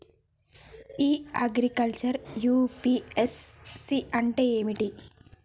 ఇ agriculture UPSC అంటే ఏమిటి?